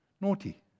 naughty